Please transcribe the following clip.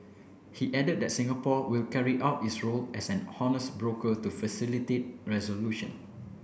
he added that Singapore will carry out its role as an honest broker to facilitate resolution